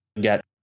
get